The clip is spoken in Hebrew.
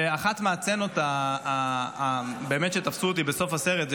ואחת הסצנות שבאמת תפסו אותי בסוף הסרט היא